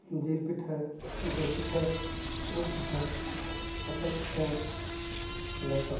ᱡᱤᱞ ᱯᱤᱴᱷᱟᱹ ᱜᱩᱲ ᱯᱤᱴᱷᱟᱹ ᱩᱫ ᱯᱤᱴᱷᱟᱹ ᱦᱚᱛᱚᱫ ᱯᱤᱴᱷᱟᱹ ᱞᱮᱴᱚ